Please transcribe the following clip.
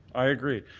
i agree.